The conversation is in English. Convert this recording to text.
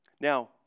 Now